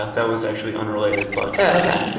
that was actually unrelated, but.